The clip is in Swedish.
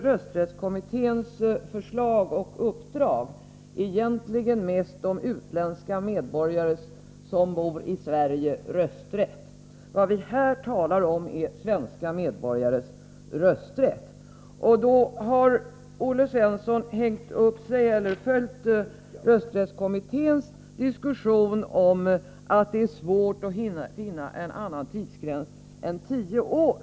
Rösträttskommitténs förslag och uppdrag handlade egentligen mest om rösträtt för utländska medborgare som bor i Sverige. Här talar vi om svenska medborgares rösträtt. Olle Svensson instämmer i rösträttskommitténs diskussion om att det är svårt att finna en annan tidsgräns än tio år.